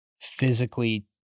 physically